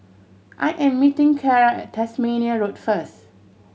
I am meeting Carra at Tasmania Road first